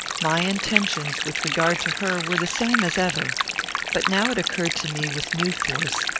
my intentions, with regard to her, were the same as ever but now it occurred to me, with new force,